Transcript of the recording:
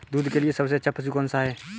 दूध के लिए सबसे अच्छा पशु कौनसा है?